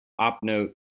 OpNote